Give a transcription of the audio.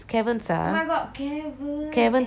caverns ஓட சட்டி சோறு சாப்பிட்டியா:ode satti sorru saaptiya